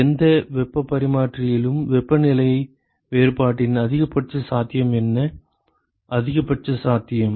எந்த வெப்பப் பரிமாற்றியிலும் வெப்பநிலை வேறுபாட்டின் அதிகபட்ச சாத்தியம் என்ன அதிகபட்சம் சாத்தியம்